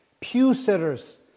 pew-sitters